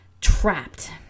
trapped